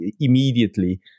immediately